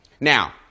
Now